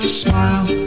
smile